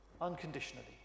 unconditionally